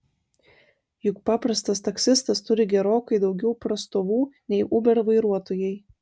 juk paprastas taksistas turi gerokai daugiau prastovų nei uber vairuotojai